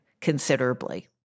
considerably